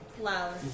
Loud